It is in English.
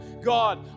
God